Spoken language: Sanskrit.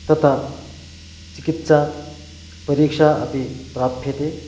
तथा चिकित्सा परीक्षा अपि प्राप्यते